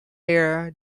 era